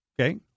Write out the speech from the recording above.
Okay